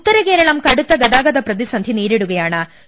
ഉത്തരകേരളം കടുത്ത ഗതാഗത പ്രതിസന്ധി നേരിടുകയാ ണ്